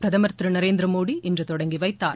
பிரதமர் திரு நரேந்திரமோடி இன்று தொடங்கி வைத்தார்